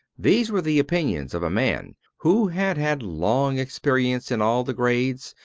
these were the opinions of a man who had had long experience in all the grades,